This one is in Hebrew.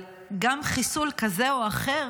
אבל גם חיסול כזה או אחר